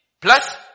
plus